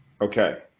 Okay